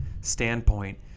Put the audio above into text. standpoint